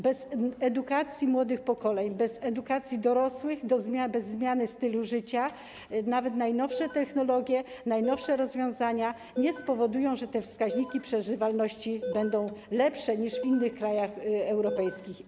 Bez edukacji młodych pokoleń, bez edukacji dorosłych, bez zmiany stylu życia, nawet najnowsze technologie, najnowsze rozwiązania nie spowodują, że wskaźniki przeżywalności będą lepsze niż w innych krajach europejskich.